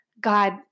God